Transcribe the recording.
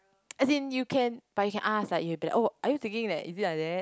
as in you can but you can ask like you be oh are you thinking that is it like that